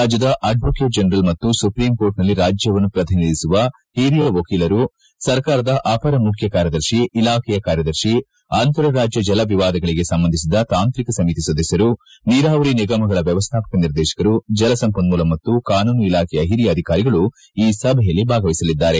ರಾಜ್ಯದ advocate general ಮತ್ತು supreme court ನಲ್ಲಿ ರಾಜ್ಯವನ್ನು ಪ್ರತಿನಿಧಿಸುವ ಒರಿಯ ವಕೀಲರು ಸರ್ಕಾರದ ಅಪರ ಮುಖ್ಡಿ ಕಾರ್ಯದರ್ಶಿ ಇಲಾಖೆಯ ಕಾರ್ಯದರ್ಶಿ ಅಂತರ ರಾಜ್ಡ ಜಲ ವಿವಾದಗಳಿಗೆ ಸಂಬಂಧಿಸಿದ ತಾಂತ್ರಿಕ ಸಮಿತಿ ಸದಸ್ದರು ನೀರಾವರಿ ನಿಗಮಗಳ ವ್ಹವಸ್ಥಾಪಕ ನಿರ್ದೇಶಕರು ಜಲಸಂಪನ್ನೂಲ ಮತ್ತು ಕಾನೂನು ಇಲಾಖೆಯ ಹಿರಿಯ ಅಧಿಕಾರಿಗಳು ಈ ಸಭೆಯಲ್ಲಿ ಭಾಗವಹಿಸಲಿದ್ದಾರೆ